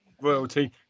royalty